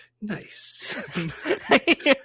Nice